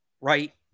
right